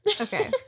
Okay